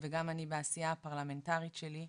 וגם אני בעשייה הפרלמנטרית שלי,